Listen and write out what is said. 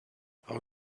how